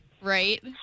Right